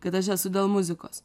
kad aš esu dėl muzikos